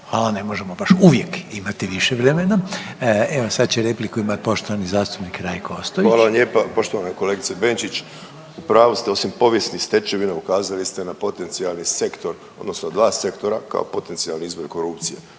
Hvala, ne možemo baš uvijek imati više vremena. Evo sad će repliku imat poštovani zastupnik Rajko Ostojić. **Ostojić, Rajko (Nezavisni)** Hvala vam lijepa. Poštovana kolegice Benčić, u pravu ste, osim povijesnih stečevina ukazali ste na potencionalni sektor odnosno dva sektora kao potencionalni izvor korupcije.